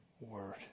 word